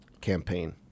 campaign